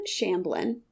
Shamblin